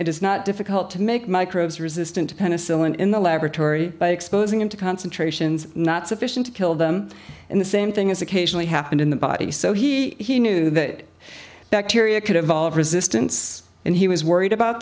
is not difficult to make microbes resistant to penicillin in the laboratory by exposing him to concentrations not sufficient to kill them in the same thing as occasionally happened in the body so he he knew that bacteria could evolve resistance and he was worried about